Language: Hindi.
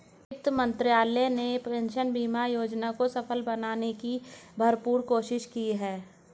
वित्त मंत्रालय ने पेंशन बीमा योजना को सफल बनाने की भरपूर कोशिश की है